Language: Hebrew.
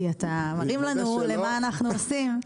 כי אתה מרים לנו למה אנחנו עושים.